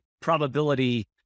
probability